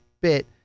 bit